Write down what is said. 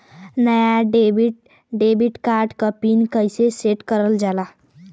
नया debit card क pin कईसे सेट कईल जाला?